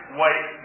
white